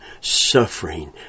suffering